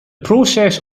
process